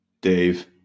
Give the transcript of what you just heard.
Dave